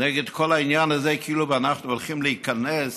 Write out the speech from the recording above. נגד כל העניין הזה, כאילו אנחנו הולכים להיכנס